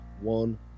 one